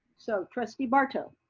so, trustee barto.